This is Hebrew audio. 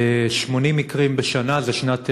80 מקרים בשנה, זה שנת שיא.